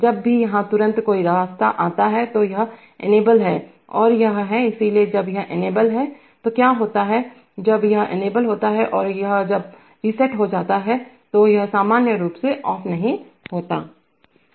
जब भी यहां तुरंत कोई रास्ता आता है तो यह इनेबल है और यह हैइसलिए जब यह इनेबल है तो क्या होता है जब यह इनेबल होता है और यह अब रीसेट हो जाता है तो यह सामान्य रूप से ऑफ नहीं होता है